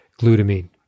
glutamine